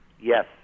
Yes